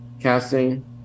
casting